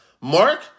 Mark